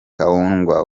kaunda